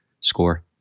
score